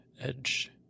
Edge